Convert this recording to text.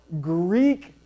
Greek